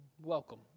Welcome